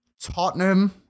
Tottenham